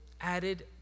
added